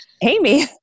Amy